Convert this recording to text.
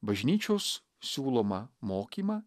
bažnyčios siūlomą mokymą